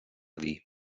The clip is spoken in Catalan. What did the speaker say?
dir